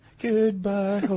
Goodbye